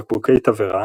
בקבוקי תבערה,